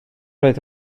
oedd